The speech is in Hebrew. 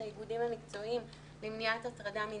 האיגודים המקצועיים למניעת הטרדה מינית.